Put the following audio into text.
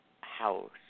House